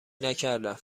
نکردم